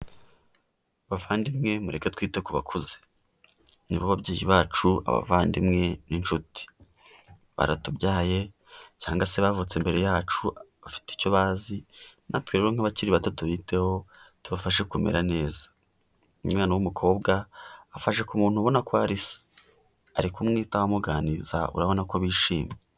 Bavandimwe mureke twite ku bakuze, ni bo babyeyi bacu, abavandimwe, n'inshuti, baratubyaye cyangwase bavutse mbere yacu, bafite icyo bazi, natwe rero nk'abakiri bato tubiteho tubafashe kumera neza, umwana w'umukobwa afashe ku muntu ubona ko ari se, ari kumwitaho amuganiriza urabona ko bishimye.